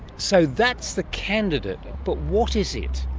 so that's the candidate. but what is it?